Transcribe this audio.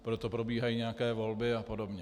Proto probíhají nějaké volby a podobně.